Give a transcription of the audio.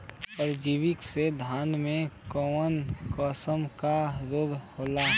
परजीवी से धान में कऊन कसम के रोग होला?